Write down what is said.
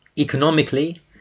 Economically